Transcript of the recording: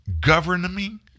Governing